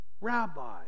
Rabbi